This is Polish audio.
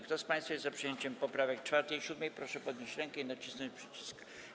Kto z państwa jest za przyjęciem poprawek 4. i 7., proszę podnieść rękę i nacisnąć przycisk.